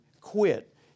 quit